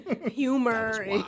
humor